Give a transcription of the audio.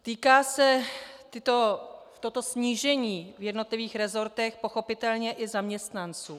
Týká se toto snížení v jednotlivých resortech pochopitelně i zaměstnanců.